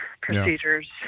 procedures